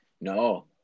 No